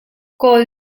kawl